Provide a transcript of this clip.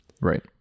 Right